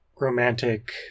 romantic